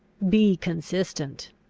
be consistent.